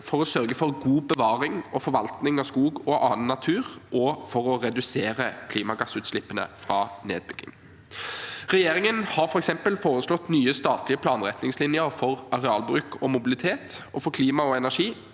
for å sørge for god bevaring og forvaltning av skog og annen natur, og for å redusere klimagassutslippene fra nedbygging. Regjeringen har f.eks. foreslått nye statlige planretningslinjer for arealbruk og mobilitet, og for klima og energi,